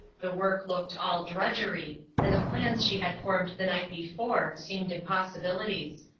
the work looked all drudgery, and the plans she had formed the night before seemed impossibilities.